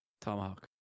Tomahawk